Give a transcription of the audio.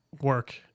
work